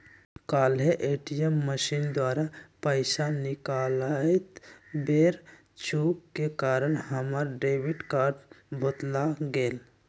काल्हे ATM machine द्वारा पइसा निकालइत बेर चूक के कारण हमर डेबिट कार्ड भुतला गेल